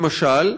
למשל,